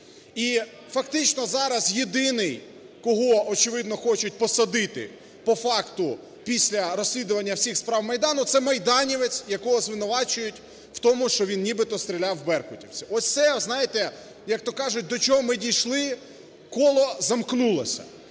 І фактично зараз єдиний, кого, очевидно, хочуть посадити по факту після розслідування всіх справ Майдану – це майданівець, якого звинувачують в тому, що він нібито стріляв в беркутівців. Ось це, знаєте, як то кажуть, до чого ми дійшли! Коло замкнулося.